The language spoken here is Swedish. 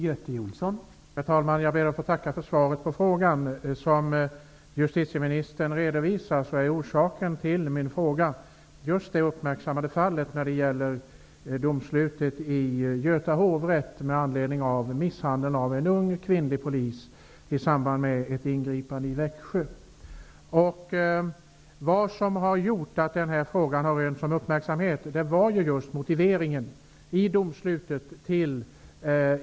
Herr talman! Jag tackar för svaret på min fråga. Som justitieministern redovisar är orsaken till min fråga just det uppmärksammade fallet med domslutet i Göta hovrätt med anledning av misshandeln av en ung kvinnlig polis i samband med ett ingripande i Växjö. Det som har gjort att detta rättsfall har rönt sådan uppmärksamhet är just motiveringen i domslutet.